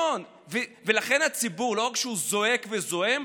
לכן הציבור, לא רק שהוא זועק וזועם,